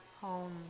home